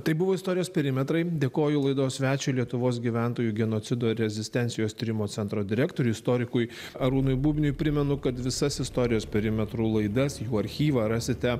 tai buvo istorijos perimetrai dėkoju laidos svečiui lietuvos gyventojų genocido ir rezistencijos tyrimo centro direktoriui istorikui arūnui bubniui primenu kad visas istorijos perimetrų laidas jų archyvą rasite